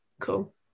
Cool